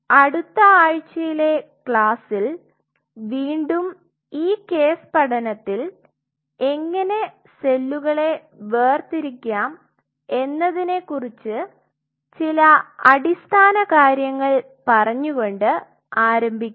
അടുത്ത ആഴ്ചയിലെ ക്ലാസ്സിൽ വീണ്ടും ഈ കേസ് പഠനത്തിൽ എങ്ങനെ സെല്ലുകളെ വേർതിരിക്കാം എന്നതിനെ കുറിച് ചില അടിസ്ഥാന കാര്യങ്ങൾ പറഞ്ഞുകൊണ്ട് ആരംഭിക്കം